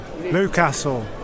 Newcastle